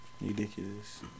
Ridiculous